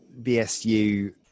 BSU